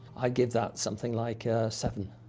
i'd give that something like a seven.